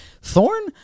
Thorn